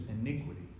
iniquity